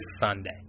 Sunday